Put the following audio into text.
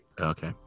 okay